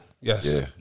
Yes